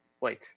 Wait